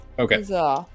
okay